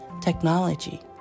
technology